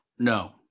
No